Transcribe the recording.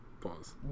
Pause